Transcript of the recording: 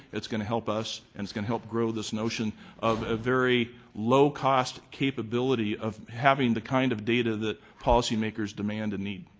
it's going to help us, and it's going to help grow this notion of a very low cost capability of having the kind of data that policymakers demand and need.